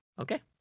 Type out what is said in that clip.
okay